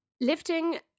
lifting